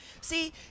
See